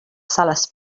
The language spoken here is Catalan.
sales